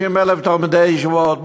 90,000 תלמידי ישיבות,